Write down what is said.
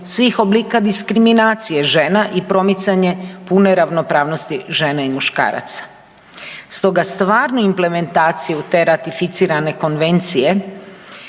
svih oblika diskriminacije žena i promicanje pune ravnopravnosti žena i muškaraca. Stoga stvarnu implementaciju te ratificirane konvencije